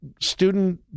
student